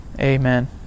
Amen